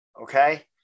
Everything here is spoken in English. Okay